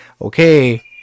okay